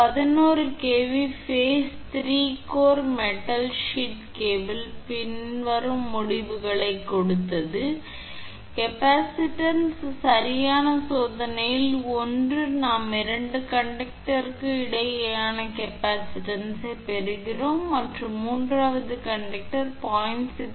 11 KV phase 3 core metal sheet cable பின்வரும் முடிவுகளைக் கொடுத்தது கெப்பாசிட்டன்ஸ் சரியான சோதனையில் 1 நாம் 2 கண்டக்டர்களுக்கு இடையேயான கெப்பாசிட்டன்ஸ் பெறுகிறோம் மற்றும் மூன்றாவது கண்டக்டர் 0